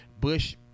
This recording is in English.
Bush